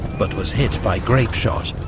but was hit by grapeshot,